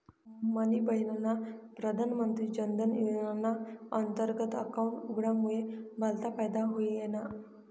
मनी बहिनना प्रधानमंत्री जनधन योजनाना अंतर्गत अकाउंट उघडामुये भलता फायदा व्हयना